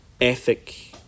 ethic